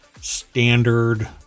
standard